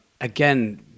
Again